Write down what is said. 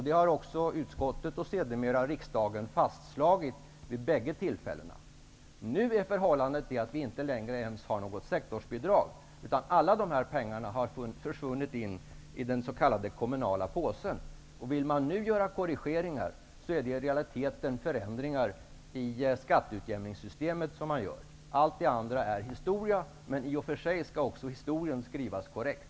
Det har även utskottet och sedermera riksdagen fastslagit. Nu är förhållandet sådant att vi inte längre har ens något sektorsbidrag, utan alla dessa pengar har försvunnit in i den s.k. kommunala påsen. Om man nu vill göra korrigeringar, är det i realiteten förändringar i skatteutjämningssystemet som man gör. Allt det andra är historia. Men i och för sig skall också historien skrivas korrekt.